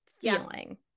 feeling